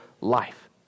life